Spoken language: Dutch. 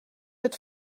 het